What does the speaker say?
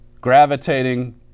gravitating